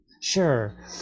Sure